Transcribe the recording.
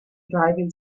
driving